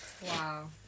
Wow